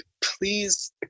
please